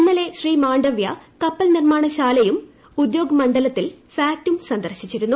ഇന്നലെ ശ്രീ മാണ്ഡവ്യ കപ്പൽ നിർമാണശാലയും ഉദ്യോഗ് മണ്ഡലത്തിൽ ഫാക്ടും സന്ദർശിച്ചിരുന്നു